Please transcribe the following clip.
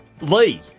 Lee